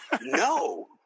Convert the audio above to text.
No